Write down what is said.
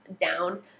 down